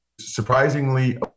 surprisingly